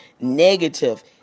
negative